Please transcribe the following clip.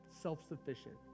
self-sufficient